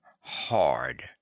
hard